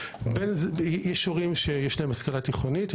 יש הורים שיש להם השכלה תיכונית,